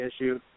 issue